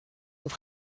leur